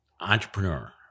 entrepreneur